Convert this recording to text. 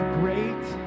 great